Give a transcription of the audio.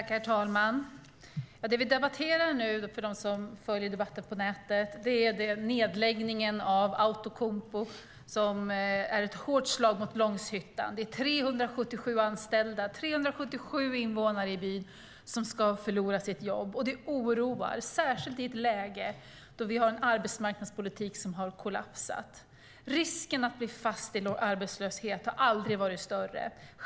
Herr talman! Det vi nu debatterar - jag säger det med tanke på dem som följer debatten på nätet - är nedläggningen av Outokumpus verk i Långshyttan. Det är ett hårt slag mot Långshyttan. Det är 177 anställda, invånare i byn, som kommer att förlora sitt jobb. Det oroar, särskilt i ett läge då arbetsmarknadspolitiken har kollapsat. Risken att bli fast i arbetslöshet har aldrig varit större.